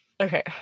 Okay